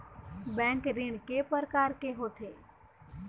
Bank ऋण के प्रकार के होथे?